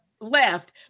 left